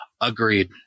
Agreed